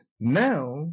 Now